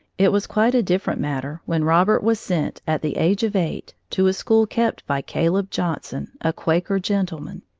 it was quite a different matter when robert was sent, at the age of eight, to a school kept by caleb johnson, a quaker gentleman.